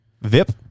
VIP